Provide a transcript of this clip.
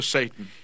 Satan